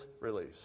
release